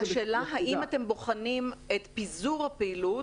השאלה היא האם אתם בוחנים את פיזור הפעילות